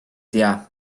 tea